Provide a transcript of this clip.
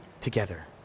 together